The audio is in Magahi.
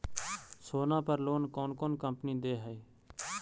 सोना पर लोन कौन कौन कंपनी दे है?